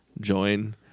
Join